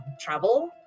travel